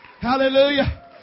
Hallelujah